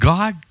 God